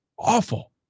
Awful